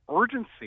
urgency